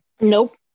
Nope